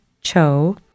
Cho